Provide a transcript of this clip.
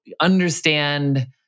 understand